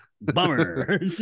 Bummer